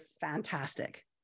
fantastic